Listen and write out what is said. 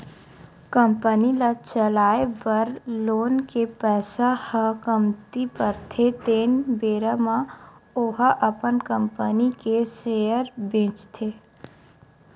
company ल चलाए बर लोन के पइसा ह कमती परथे तेन बेरा म ओहा अपन कंपनी के सेयर बेंचथे